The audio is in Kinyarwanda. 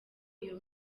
iyo